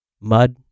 mud